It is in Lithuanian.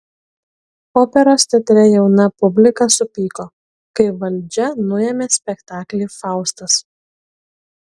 operos teatre jauna publika supyko kai valdžia nuėmė spektaklį faustas